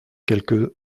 quelque